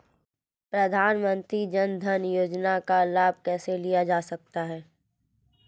प्रधानमंत्री जनधन योजना का लाभ कैसे लिया जा सकता है?